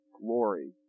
glory